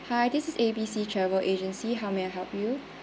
hi this is A_B_C travel agency how may I help you